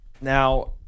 Now